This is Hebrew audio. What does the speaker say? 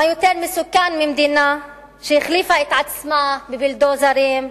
מה יותר מסוכן ממדינה שהחליפה את עצמה בבולדוזרים,